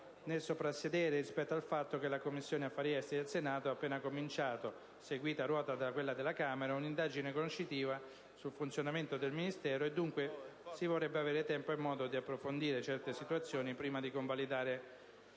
né soprassedere rispetto al fatto che la Commissione affari esteri del Senato ha appena cominciato, seguita a ruota da quella della Camera, una indagine conoscitiva sul funzionamento del Ministero e dunque si vorrebbe avere tempo e modo di approfondire certe situazioni prima di convalidare